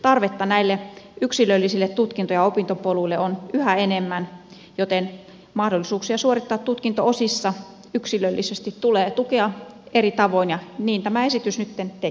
tarvetta näille yksilöllisille tutkinto ja opintopoluille on yhä enemmän joten mahdollisuuksia suorittaa tutkinto osissa yksilöllisesti tulee tukea eri tavoin ja niin tämä esitys nytten tekeekin